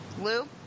Lou